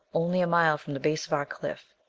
only a mile from the base of our cliff,